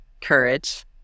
courage